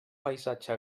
paisatge